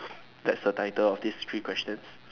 that's the title of this three questions